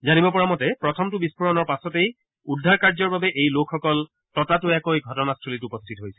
জানিব পৰা মতে প্ৰথমটো বিস্ফোৰণৰ পাছতেই উদ্ধাৰ কাৰ্যৰ বাবে এই লোকসকল ততাতৈয়াকৈ ঘটনাস্থলীত উপস্থিত হৈছিল